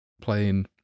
playing